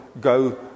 go